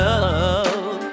Love